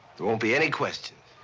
there won't be any questions.